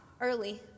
early